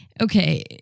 okay